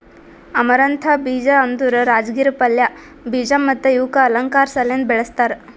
amaranth ಬೀಜ ಅಂದುರ್ ರಾಜಗಿರಾ ಪಲ್ಯ, ಬೀಜ ಮತ್ತ ಇವುಕ್ ಅಲಂಕಾರ್ ಸಲೆಂದ್ ಬೆಳಸ್ತಾರ್